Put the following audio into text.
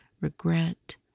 regret